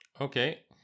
Okay